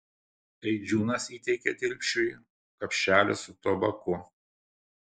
eidžiūnas įteikė dilpšui kapšelį su tabaku